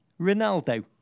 Ronaldo